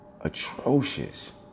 Atrocious